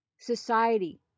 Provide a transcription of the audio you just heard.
Society